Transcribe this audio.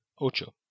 Ocho